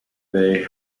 they